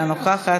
אינה נוכחת,